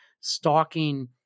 stalking